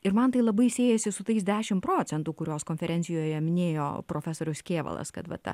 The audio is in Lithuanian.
ir man tai labai siejasi su tais dešim procentų kuriuos konferencijoje minėjo profesorius kėvalas kad va ta